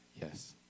Yes